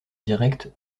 directe